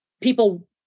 people